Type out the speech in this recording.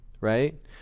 right